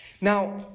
Now